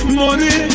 money